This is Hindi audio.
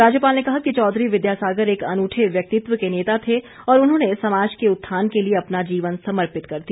राज्यपाल ने कहा कि चौधरी विद्या सागर एक अनूठे व्यक्तित्व के नेता थे और उन्होंने समाज के उत्थान के लिए अपना जीवन समर्पित कर दिया